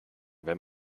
wenn